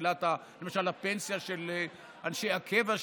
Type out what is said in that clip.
למשל הפנסיה של אנשי הקבע,